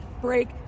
break